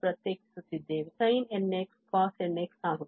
ಆದ್ದರಿಂದ sin nx cosnx ಆಗುತ್ತದೆ